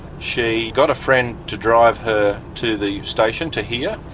she got a friend to drive her to the station, to here,